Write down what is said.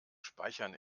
speichern